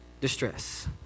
distress